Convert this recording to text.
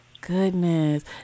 Goodness